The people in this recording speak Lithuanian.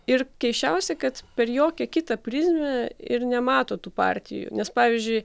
ir keisčiausia kad per jokią kitą prizmę ir nemato tų partijų nes pavyzdžiui